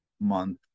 month